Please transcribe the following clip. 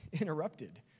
interrupted